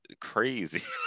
crazy